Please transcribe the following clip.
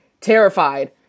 terrified